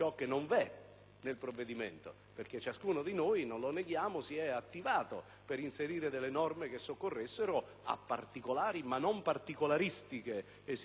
nel provvedimento. Ognuno di noi, non lo neghiamo, si è infatti attivato per inserire delle norme che soccorressero a particolari, ma non particolaristiche, esigenze,